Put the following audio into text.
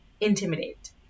intimidate